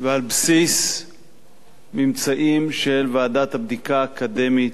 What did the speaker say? ועל בסיס ממצאים של ועדת הבדיקה האקדמית.